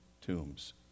Tombs